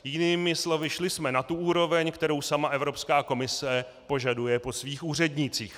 Jinými slovy, šli jsme na tu úroveň, kterou sama Evropská komise požaduje po svých úřednících.